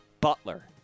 Butler